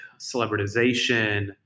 celebritization